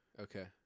okay